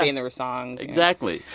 and there were songs exactly.